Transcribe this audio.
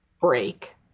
break